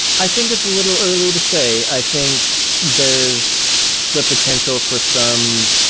i think it's a little early to say. i think there is the potential for some